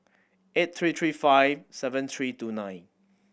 eight three three five seven three two nine